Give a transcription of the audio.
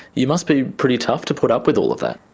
you must be pretty tough to put up with all of that.